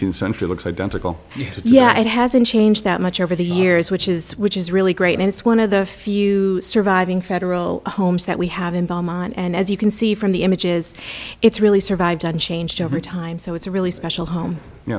hundred looks identical yeah it hasn't changed that much over the years which is which is really great and it's one of the few surviving federal homes that we have involvement and as you can see from the images it's really survived on changed over time so it's a really special home